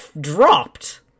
dropped